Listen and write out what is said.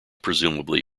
presumably